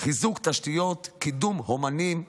חיזוק תשתיות וקידום אומנים,